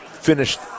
finished